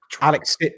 Alex